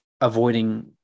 avoiding